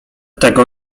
tego